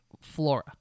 Flora